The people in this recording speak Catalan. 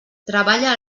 treballa